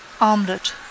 armlet